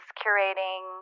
curating